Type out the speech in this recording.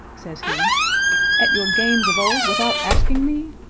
says he at your games of old, without asking me!